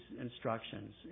instructions